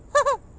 ha ha